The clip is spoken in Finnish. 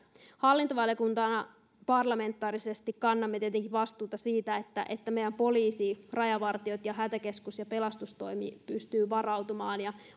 hallintovaliokuntana parlamentaarisesti kannamme tietenkin vastuuta siitä että että meidän poliisi rajavartiot ja hätäkeskukset ja pelastustoimi pystyvät varautumaan ja